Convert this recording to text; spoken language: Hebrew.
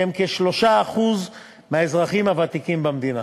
שהם כ-3% מהאזרחים הוותיקים במדינה.